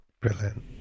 Brilliant